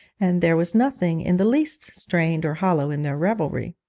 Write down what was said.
and there was nothing in the least strained or hollow in their revelry.